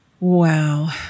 Wow